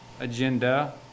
Agenda